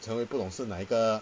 成为不懂事哪一个